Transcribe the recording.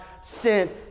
sent